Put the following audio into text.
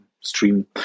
stream